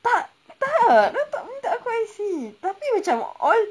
tak tak dia orang tak minta aku I_C tapi macam all